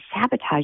sabotage